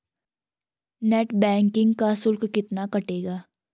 Net banking का शुल्क कितना कटेगा?